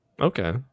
Okay